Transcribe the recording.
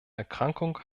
erkrankung